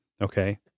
okay